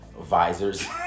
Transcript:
visors